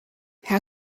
how